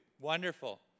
Wonderful